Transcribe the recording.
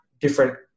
different